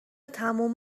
تمام